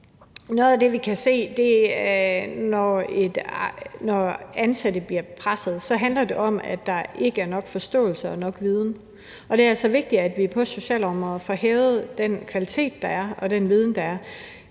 Noget af det, vi kan se, når ansatte bliver presset, er, at det handler om, at der ikke er nok forståelse og nok viden, og det er altså vigtigt, at vi på socialområdet får hævet den kvalitet og øget den viden, der er.